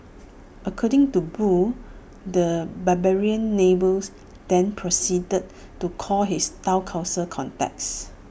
according to boo the barbarian neighbours then proceeded to call his Town Council contacts